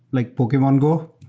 like pokemon go.